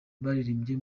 baririmbye